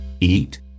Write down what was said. Eat